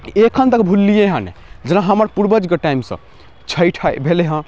एखन तक भुललिए हँ नहि जेना हमर पूर्वजके टाइमसँ छठि भेलै हँ